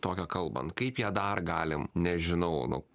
tokią kalbant kaip ją dar galim nežinau nu